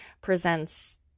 presents